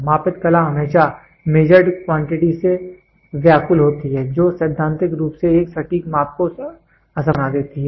मापित कला हमेशा measured quantity से व्याकुल होती है जो सैद्धांतिक रूप से एक सटीक माप को असंभव बना देती है